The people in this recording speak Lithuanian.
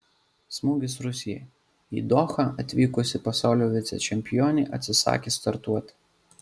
smūgis rusijai į dohą atvykusi pasaulio vicečempionė atsisakė startuoti